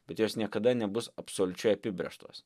bet jos niekada nebus absoliučiai apibrėžtos